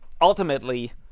ultimately